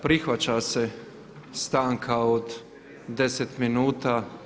Prihvaća se stanka od 10 minuta.